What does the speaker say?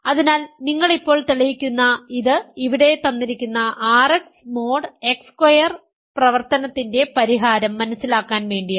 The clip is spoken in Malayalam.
അതിനാൽ നിങ്ങൾ ഇപ്പോൾ തെളിയിക്കുന്ന ഇത് ഇവിടെ തന്നിരിക്കുന്ന RX മോഡ് X സ്ക്വയർ പ്രവർത്തനത്തിൻറെ പരിഹാരം മനസിലാക്കാൻ വേണ്ടിയാണ്